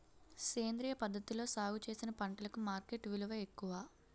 సేంద్రియ పద్ధతిలో సాగు చేసిన పంటలకు మార్కెట్ విలువ ఎక్కువ